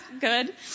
good